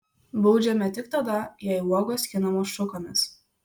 baudžiame tik tada jei uogos skinamos šukomis